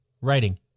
writing